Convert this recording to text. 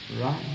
right